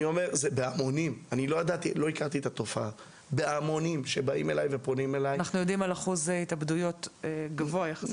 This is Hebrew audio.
המוני גברים פונים אליי אנחנו יודעים על אחוז התאבדויות גבוה יחסית.